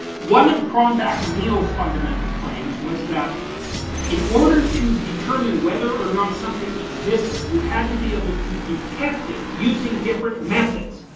one of cronbach and meehl's fundamental claims was that in order to determine whether or not something existed, you had to be able to detect it using different methods.